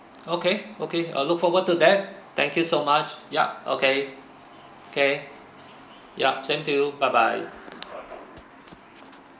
okay okay I'll look forward to that thank you so much yup okay okay yup same to you bye bye